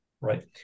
Right